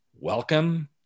welcome